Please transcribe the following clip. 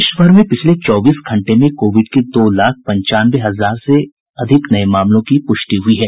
देश भर में पिछले चौबीस घंटे में कोविड के दो लाख पंचानवे हजार से अधिक नये मामलों की पुष्टि हुई है